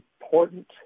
important